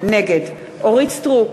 נגד אורית סטרוק,